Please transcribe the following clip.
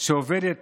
שעובדת